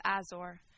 Azor